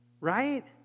right